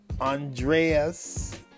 Andreas